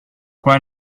qua